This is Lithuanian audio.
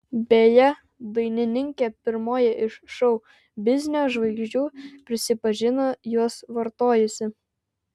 beje dainininkė pirmoji iš šou biznio žvaigždžių prisipažino juos vartojusi